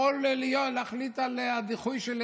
יכול להחליט על הדיחוי של